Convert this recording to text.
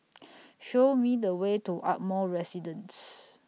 Show Me The Way to Ardmore Residence